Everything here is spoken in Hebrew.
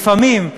לפעמים,